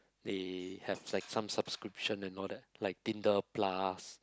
they have like some subscription and all that like Tinder plus